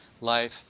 life